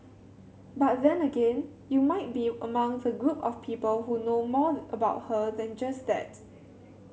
but then again you might be among the group of people who know more about her than just that